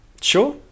Sure